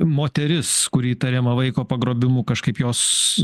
moteris kuri įtariama vaiko pagrobimu kažkaip jos